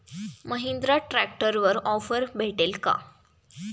महिंद्रा ट्रॅक्टरवर ऑफर भेटेल का?